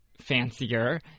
fancier